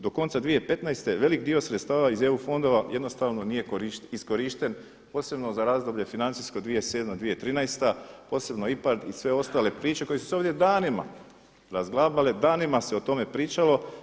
Do konca 2015. velik dio sredstava iz EU fondova jednostavno nije iskorišten posebno za razdoblje financijsko 2007./2013. posebno IPARD i sve ostale priče koje su se ovdje danima razglabale, danima se o tome pričalo.